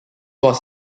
was